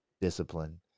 discipline